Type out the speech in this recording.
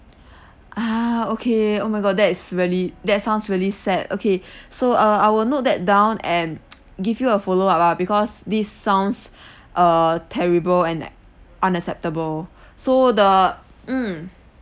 ah okay oh my god that is really that sounds really sad okay so uh I will note that down and give you a follow up ah because this sounds err terrible and ac~ unacceptable so the mm